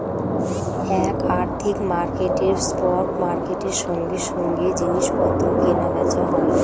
এক আর্থিক মার্কেটে স্পট মার্কেটের সঙ্গে সঙ্গে জিনিস পত্র কেনা বেচা হয়